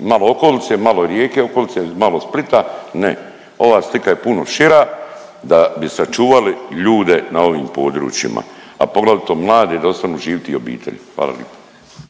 imamo okolce malo Rijeke okolce, malo Splita, ne ova slika je puno šira da bi sačuvali ljude na ovim područjima, a poglavito mlade da ostanu živit i obitelji. Hvala lipa.